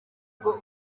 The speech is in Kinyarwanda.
ngo